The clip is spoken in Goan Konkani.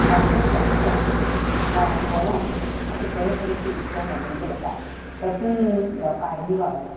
बार्देस तालुक्यांत जावं गोंयांत अशें तरे तरेचे उत्सव मनयल्ले वतात तातूंत कार्नीवाल